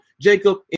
Jacob